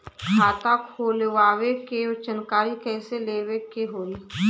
खाता खोलवावे के जानकारी कैसे लेवे के होई?